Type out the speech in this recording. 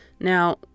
Now